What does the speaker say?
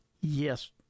Yes